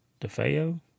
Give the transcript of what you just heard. Defeo